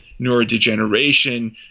neurodegeneration